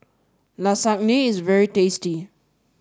Isagne is very tasty